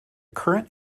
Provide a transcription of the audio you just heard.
current